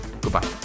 Goodbye